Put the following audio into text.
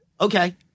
Okay